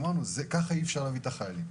אמרנו שככה אי אפשר להביא את החיילים.